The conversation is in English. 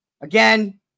Again